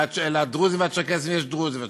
לדרוזים ולצ'רקסים יש דרוזי וצ'רקסי,